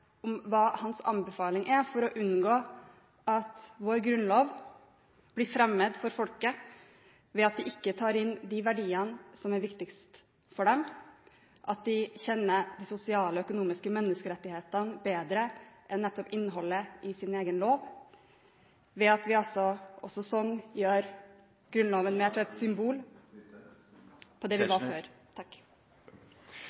om hva hans anbefaling er for å unngå at vår grunnlov blir fremmed for folket ved at vi ikke tar inn de verdiene som er viktigst for oss, ved at folk kjenner de sosiale og økonomiske menneskerettighetene bedre enn nettopp innholdet i sin egen lov, ved at vi altså også sånn gjør Grunnloven mer til et symbol på det vi